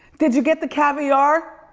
did you get the caviar?